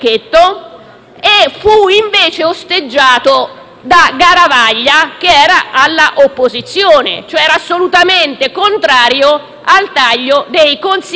fu invece osteggiato da Garavaglia, che era all'opposizione ed era assolutamente contrario al taglio dei consiglieri regionali.